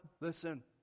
listen